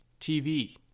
TV